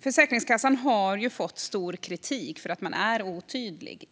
Försäkringskassan har ju fått mycket kritik för att vara otydlig